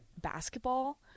basketball